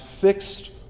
fixed